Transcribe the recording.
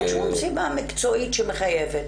אין שום סיבה מקצועית שמחייבת.